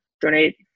donate